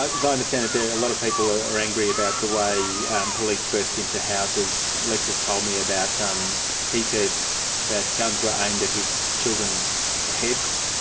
as i understand it a lot of people are angry about the way the police burst into houses. lex has told me about, um he says that guns were aimed at his children's heads.